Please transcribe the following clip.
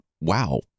wow